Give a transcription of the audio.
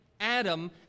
Adam